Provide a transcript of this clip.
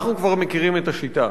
אנחנו כבר מכירים את השיטה.